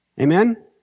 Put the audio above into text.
Amen